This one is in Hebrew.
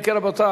אם כן, רבותי,